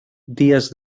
días